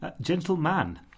Gentleman